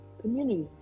community